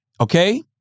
Okay